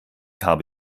habe